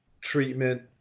treatment